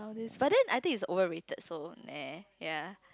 Maldives but then I think is overrated so neh ya